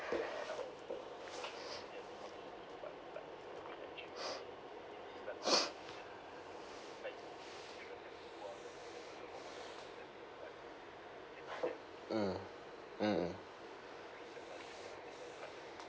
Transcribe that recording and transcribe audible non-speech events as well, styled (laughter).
(breath) mm mm mm